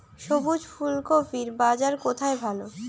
সবুজ ফুলকপির বাজার কোথায় ভালো?